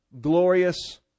glorious